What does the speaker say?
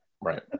right